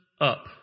up